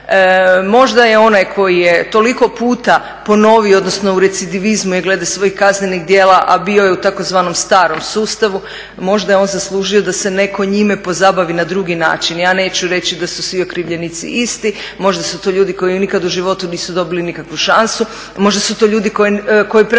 možda je onaj koji je toliko puta ponovio, odnosno u … je glede svojih kaznenih djela, a bio je u tzv. starom sustavu, možda je on zaslužio da se netko njime pozabavi na drugi način. Ja neću reći da su svi okrivljenici isti, možda su to ljudi koji nikad u životu nisu dobili nikakvu šansu, možda su to ljudi prema